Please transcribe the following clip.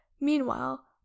meanwhile